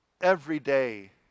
everyday